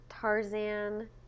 Tarzan